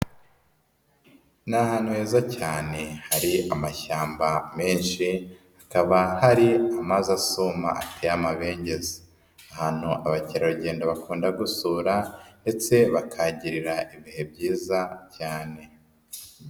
Ni ahantu heza cyane, hari amashyamba menshi. Hakaba hari amazi asuma ateye amabengeza. Ahantu abakerarugendo bakunda gusura ndetse bakahagirira ibihe byiza cyane.